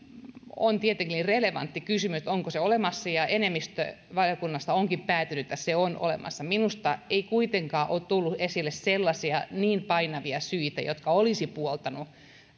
on tietenkin relevantti kysymys että onko se olemassa ja enemmistö valiokunnasta onkin päätynyt siihen että se on olemassa minusta ei kuitenkaan ole tullut esille sellaisia niin painavia syitä jotka olisivat puoltaneet